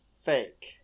fake